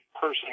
person